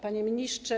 Panie Ministrze!